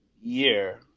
year